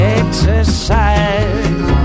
exercise